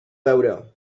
beure